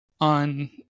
on